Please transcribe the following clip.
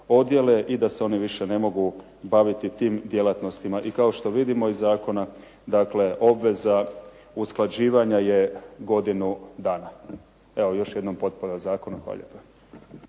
i da se one više ne mogu baviti tim djelatnostima. I kao što vidimo iz zakona obveza usklađivanja je godinu dana. Evo još jednom potpora zakonu. Hvala